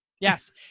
yes